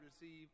receive